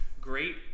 Great